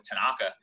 Tanaka